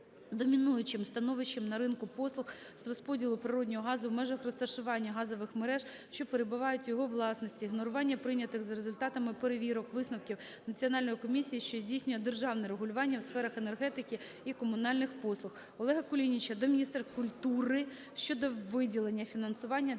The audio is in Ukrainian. (домінуючим) становищем на ринку послуг з розподілу природного газу в межах розташування газових мереж, що перебувають у його власності, ігнорування прийнятих за результатами перевірок висновків Національної комісії, що здійснює державне регулювання у сферах енергетики та комунальних послуг.